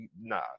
nah